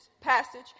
passage